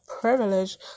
privilege